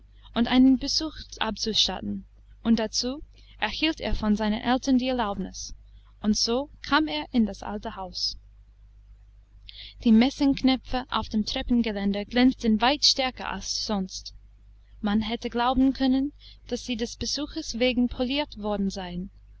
und einen besuch abzustatten und dazu erhielt er von seinen eltern die erlaubnis und so kam er in das alte haus die messingknöpfe auf dem treppengeländer glänzten weit stärker als sonst man hätte glauben können daß sie des besuches wegen poliert worden seien